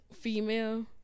female